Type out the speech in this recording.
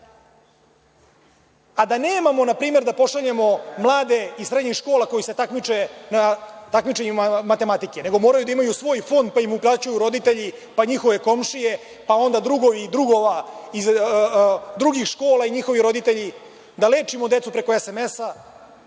a da nemamo, na primer, da pošaljemo mlade iz srednjih škola koji se takmiče na takmičenjima matematike, nego moraju da imaju svoj fond, pa im uplaćuju roditelji, pa njihove komšije, pa onda drugovi drugova iz drugih škola i njihovi roditelji, da lečimo decu preko SMS-a,